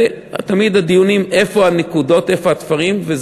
ותמיד הדיונים, איפה הנקודות, איפה התפרים.